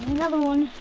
another one.